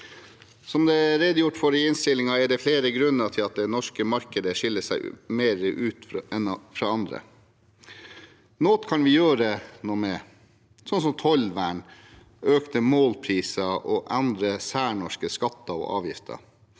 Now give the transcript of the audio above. Som det er redegjort for i innstillingen, er det flere grunner til at det norske markedet skiller seg ut fra andre. Noe kan vi gjøre noe med, som f.eks. tollvern, økte målpriser og andre særnorske skatter og avgifter.